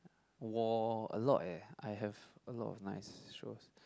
war a lot eh I have a lot of nice shows